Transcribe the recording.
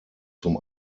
zum